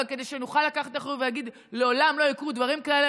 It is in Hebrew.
אבל כדי שנוכל לקחת אחריות ולהגיד "לעולם לא יקרו דברים כאלה",